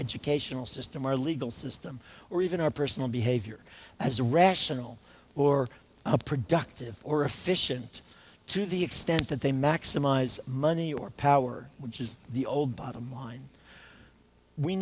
educational system our legal system or even our personal behavior as rational or a productive or efficient to the extent that they maximize money or power which is the old bottom line we